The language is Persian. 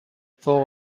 فوق